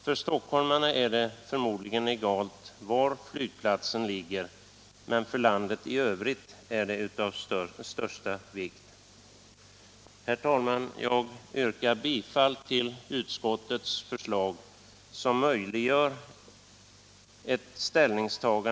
För stockholmarna är det förmodligen egalt var flygplatsen ligger, men för landet i övrigt är det av största vikt.